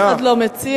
אף אחד לא מציע.